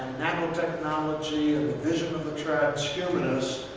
nanotechnology and the vision of the transhumanists,